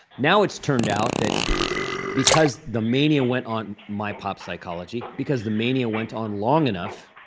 now it's turned out that because the mania went on my pop psychology because the mania went on long enough,